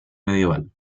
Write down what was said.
medieval